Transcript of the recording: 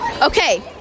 Okay